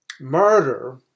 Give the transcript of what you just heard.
Murder